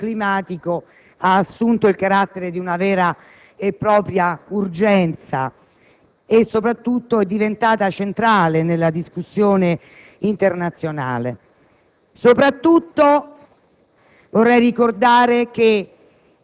la questione del cambiamento climatico ha assunto il carattere di vera e propria urgenza e, soprattutto, è diventata centrale nella discussione internazionale.